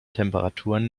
temperaturen